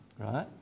right